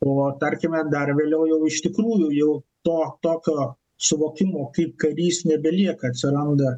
o tarkime dar vėliau jau iš tikrųjųjau to tokio suvokimo kaip karys nebelieka atsiranda